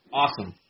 awesome